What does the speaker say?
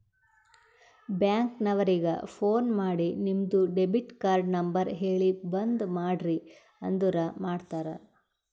bank ನವರಿಗ phone ಮಾಡಿ ನಿಮ್ದು ಡೆಬಿಟ್ ಕಾರ್ಡ್ ನಂಬರ್ ಹೇಳಿ ಬಂದ್ ಮಾಡ್ರಿ ಅಂದುರ್ ಮಾಡ್ತಾರ